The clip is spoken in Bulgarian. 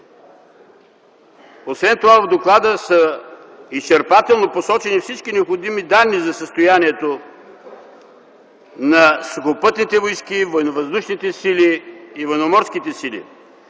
Освен това в доклада изчерпателно са посочени всички необходими данни за състоянието на сухопътните войски, военновъздушните сили и военноморските сили,